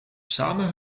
samen